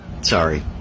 Sorry